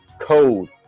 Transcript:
code